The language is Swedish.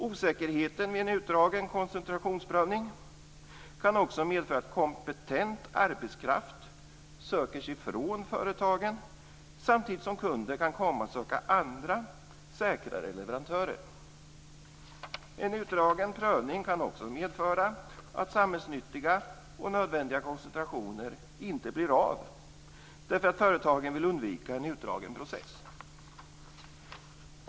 Osäkerheten vid en utdragen koncentrationsprövning kan också medföra att kompetent arbetskraft söker sig ifrån företagen samtidigt som kunder kan komma att söka andra säkrare leverantörer. En utdragen prövning kan också medföra att samhällsnyttiga och nödvändiga koncentrationer inte blir av därför att företagen vill undvika en utdragen process.